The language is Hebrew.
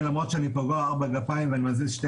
למרות שאני פגוע בארבעת הגפיים ומסוגל להזיז שתי